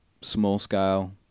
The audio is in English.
small-scale